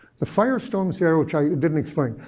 the firestorms here, which i didn't explain,